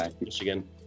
Michigan